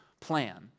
plan